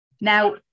now